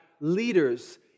leaders